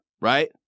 right